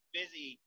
busy